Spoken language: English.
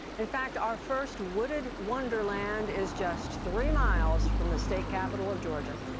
in fact, our first wooded wonderland is just three miles from the state capital of georgia!